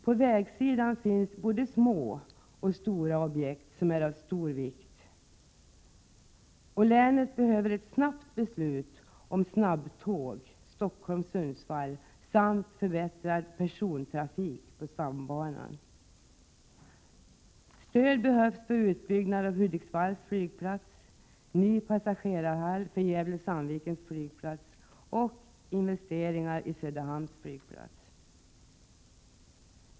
På vägsidan finns både små och stora objekt som är av stor vikt. Länet behöver snarast ett beslut om snabbtåg Stockholm-Sundsvall samt förbättrad persontrafik på stambanan. Stöd behövs för utbyggnad av Hudviksvalls flygplats, ny pasagerarhall för Gävle/Sandvikens flygplats och investeringar i Söderhamns flygplats.